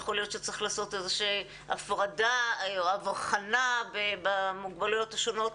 יכול להיות שצריך לעשות איזושהי הבחנה במוגבלויות השונות.